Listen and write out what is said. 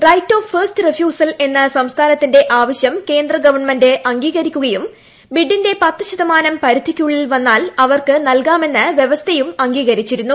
right of first refusal എന്ന സംസ്ഥാനത്തിന്റെ ആവശ്യം കേന്ദ്രഗവണ്മെന്റ് അംഗീകരിക്കുകയും ബിഡ്റ്റിന്റെ പത്തു ശതമാനം പരിധിക്കുള്ളിൽ വന്നാൽ അവർക്ക് നല്കാമെന്ന് വ്യവസ്ഥയും അംഗീകരിച്ചിരുന്നു